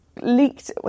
leaked